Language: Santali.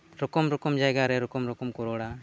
ᱨᱚᱠᱚᱢ ᱨᱚᱠᱚᱢ ᱡᱟᱭᱜᱟ ᱨᱮ ᱨᱚᱠᱚᱢ ᱨᱚᱠᱚᱢ ᱠᱚ ᱨᱚᱲᱟ